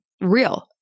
real